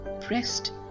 pressed